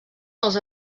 els